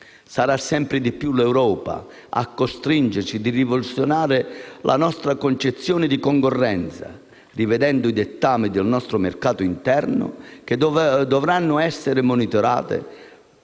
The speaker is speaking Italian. Sarà sempre di più l'Europa a costringerci a rivoluzionare la nostra concezione di concorrenza, rivedendo i dettami del nostro mercato interno, che dovranno essere monitorati